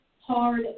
Hard